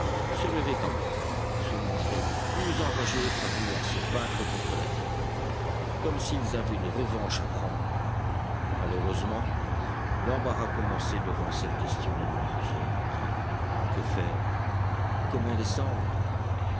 se levaient quand même se montraient les plus enragés à vouloir se battre contre la terre comme s'ils avaient une revanche à prendre malheureusement l'embarras commençait devant cette question d'une besogne utile que faire comment descendre